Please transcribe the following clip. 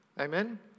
Amen